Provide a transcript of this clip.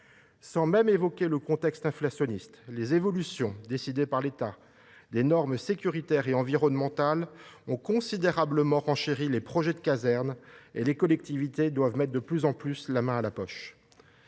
Sans même évoquer le contexte inflationniste, les évolutions décidées par l’État des normes sécuritaires et environnementales ont considérablement renchéri les coûts des projets de caserne. Aussi, les collectivités doivent de plus en plus mettre la main à la poche.